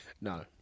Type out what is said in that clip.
No